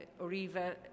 Oriva